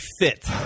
fit